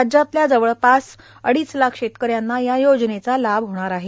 राज्यातल्या जवळपास अडीच लाख शेतकऱ्यांना या योजनेचा लाभ होणार आहे